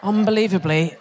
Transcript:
Unbelievably